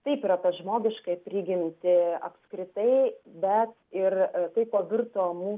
taip ir apie žmogiškąją prigimtį apskritai bet ir tai kuo virto mūsų